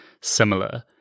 similar